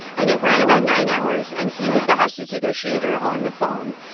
and it ran about nine hours. and he was the hostage negotiator on the phone.